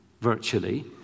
virtually